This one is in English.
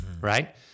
Right